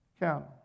count